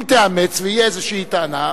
אם תאמץ ותהיה איזושהי טענה,